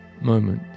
moment